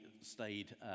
stayed